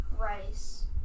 Rice